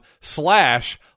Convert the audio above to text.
slash